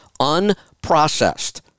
Unprocessed